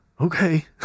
Okay